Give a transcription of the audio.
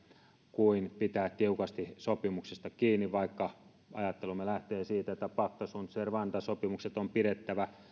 kuin pitää tiukasti sopimuksista kiinni vaikka ajattelumme lähtee siitä että pacta sunt servanda sopimukset on pidettävä